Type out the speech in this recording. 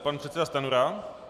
Pan předseda Stanjura.